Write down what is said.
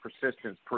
persistence